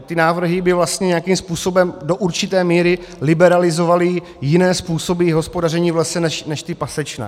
Ty návrhy by vlastně nějakým způsobem do určité míry liberalizovaly jiné způsoby hospodaření v lese než ty pasečné.